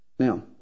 Now